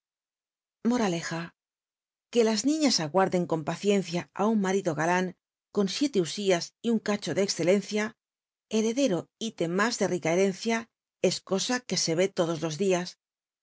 rt que las niiias aguarden con paciencia a un marido galan co n siete usías y un cacho de excelencia llcredcro item mm d l rica herencia es cosa r uc se ve todos los tlias